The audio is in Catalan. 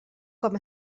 com